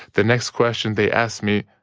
the next question they ask me,